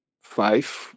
five